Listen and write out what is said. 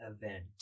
event